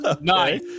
Nine